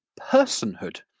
personhood